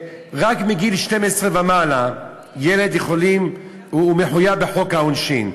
רק מגיל 12 ומעלה ילד מחויב בחוק העונשין.